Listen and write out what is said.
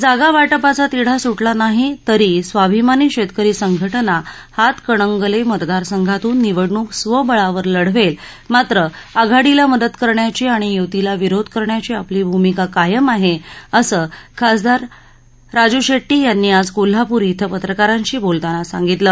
जागावाटपाचा तिढा सुटला नाही तरी स्वाभिमानी शेतकरी संघटना हातकणंगले मतदारसंघातून निवडणूक स्वबळावर लढवेल मात्र आघाडीला मदत करण्याची आणि युतीला विरोध करण्याची आपली भूमिका कायम आहे असं खासदार राजू शेट्टी यांनी आज कोल्हापूर इथं पत्रकारांशी बोलताना सांगितलं